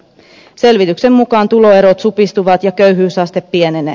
selvityksen mukaan tuloerot supistuvat ja köyhyysaste pienenee